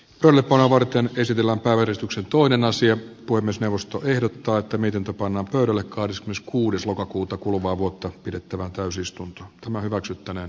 tulipaloa varten esitellä ahdistuksen toinen asia kuin myös neuvosto ehdottaa että miten tapana pöydälle karskius kuudes lokakuuta kuluvaa vuotta pidettävään täysistunto hyväksyttäneen